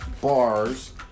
bars